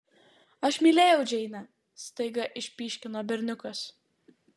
aš mylėjau džeinę staiga išpyškino berniukas